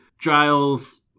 Giles